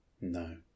No